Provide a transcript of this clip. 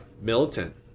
militant